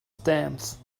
stamps